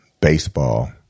baseball